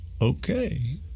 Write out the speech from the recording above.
okay